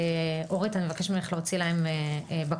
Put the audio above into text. אורית, אני מבקשת ממך להוציא להם בקשה.